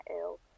ill